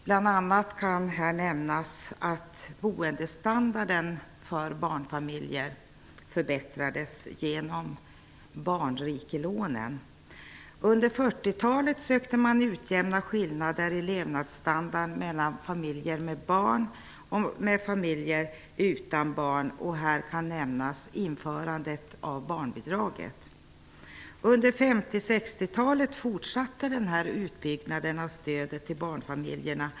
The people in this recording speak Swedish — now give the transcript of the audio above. Bl.a. kan här nämnas att boendestandarden för barnfamiljer förbättrades genom barnrikelånen. Under 1940-talet sökte man utjämna skillnader i levnadsstandard mellan familjer med och utan barn. Här kan nämnas införandet av barnbidraget. Under 1950 och 1960-talen fortsatte utbyggnaden av stödet till barnfamiljerna.